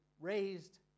raised